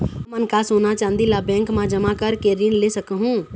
हमन का सोना चांदी ला बैंक मा जमा करके ऋण ले सकहूं?